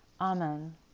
Amen